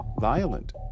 violent